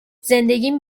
زندگیم